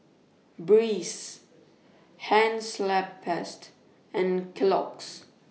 Breeze Hansaplast and Kellogg's